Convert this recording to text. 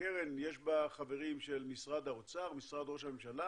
בקרן יש חברים של משרד האוצר, משרד ראש הממשלה,